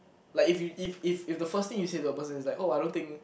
like if you if if if the first thing you say to a person is like oh I don't think